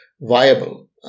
viable